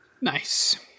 Nice